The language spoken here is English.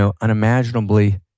unimaginably